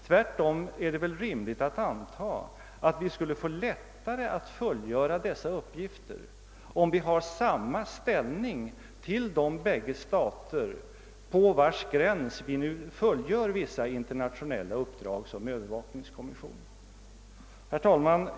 Tvärtom är det väl rimligt att anta att vi skulle få lättare att fullgöra denna uppgift om vi intoge samma ställning gentemot de båda stater på vilkas gräns vi nu fullgör vissa internationella uppdrag som övervakningskommission. Herr talman!